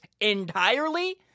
entirely